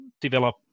develop